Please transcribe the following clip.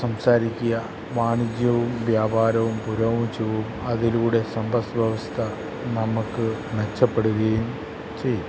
സംസാരിക്കുക വാണിജ്യവും വ്യാപാരവും പുരോഗമിച്ചുപോകും അതിലൂടെ സമ്പത് വ്യവസ്ഥ നമുക്ക് മെച്ചപ്പെടുകയും ചെയ്യും